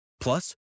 Plus